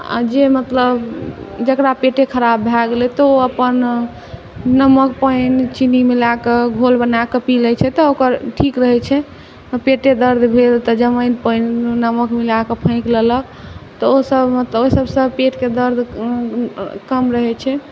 आओर जे मतलब जकरा पेटे खराब भऽ गेलै तऽ ओ अपन नमक पानि चिन्नी मिलाकऽ घोल बनाकऽ पी लै छै तऽ ओकर ठीक भऽ जाइ छै पेटे दर्द भेल तऽ जमाइन पानि नमक मिलाकऽ फाँकि लेलक तऽ ओसब मतलब ओहिसबसँ पेटके दर्द कम रहै छै